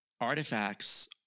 artifacts